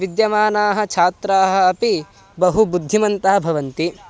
विद्यमानाः छात्राः अपि बहु बुद्धिमन्तः भवन्ति